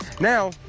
Now